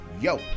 Yo